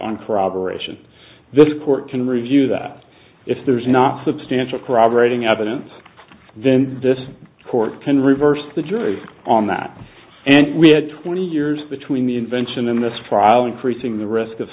uncorroborated and this court can review that if there's not substantial corroborating evidence then this court can reverse the jury on that and we had twenty years between the invention in this trial increasing the risk of